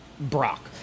Brock